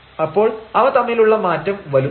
അപ്പോൾ അവ തമ്മിലുള്ള മാറ്റം വലുതാണ്